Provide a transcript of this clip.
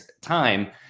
time